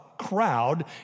crowd